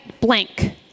blank